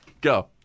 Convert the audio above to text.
Go